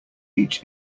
each